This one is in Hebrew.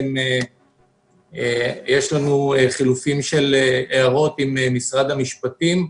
יש לנו חילופים של הערות עם משרד המשפטים.